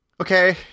Okay